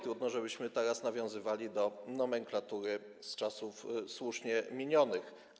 Trudno, żebyśmy teraz nawiązywali do nomenklatury z czasów słusznie minionych.